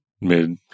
mid